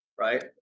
right